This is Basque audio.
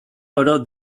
oro